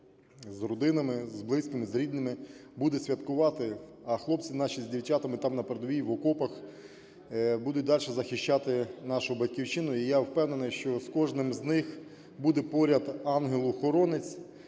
з родинами, з близькими, з рідними буде святкувати, а хлопці наші з дівчатами там, на передовій, в окопах будуть дальше захищати нашу Батьківщину. І я впевнений, що з кожним з них буде поряд ангел-охоронець